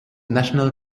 national